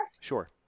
Sure